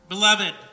Beloved